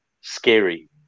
scary